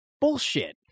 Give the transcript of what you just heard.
Bullshit